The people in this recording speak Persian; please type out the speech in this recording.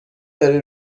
داری